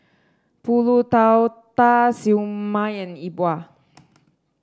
pulut tatal Siew Mai and Yi Bua